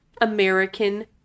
American